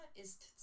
ist